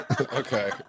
Okay